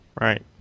Right